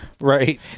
Right